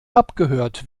abgehört